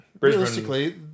Realistically